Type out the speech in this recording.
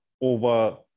over